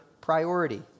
priority